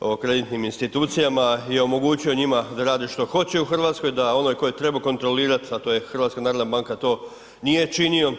o kreditnim institucijama je omogućio njima da rade što hoće u Hrvatskoj, da onaj tko je kontrolirat, a to je HNB to nije činio.